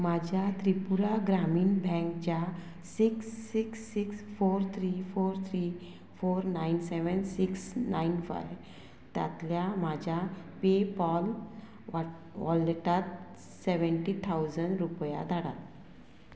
म्हाज्या त्रिपुरा ग्रामीण बँकच्या six six six four three four three four nine seven six nine five तातल्या म्हाज्या PayPal वा वॉलेटांत सेवेंटी थावजंड रुपया धाडात